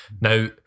Now